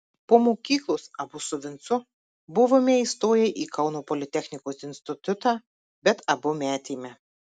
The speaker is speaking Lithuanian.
po mokyklos abu su vincu buvome įstoję į kauno politechnikos institutą bet abu metėme